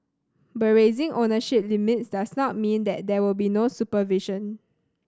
but raising ownership limits does not mean that there will be no supervision